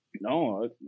No